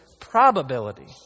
probability